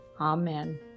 Amen